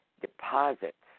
deposits